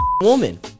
woman